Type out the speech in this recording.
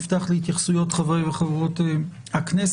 לאחר מכן נפתח להתייחסויות חברי וחברות הכנסת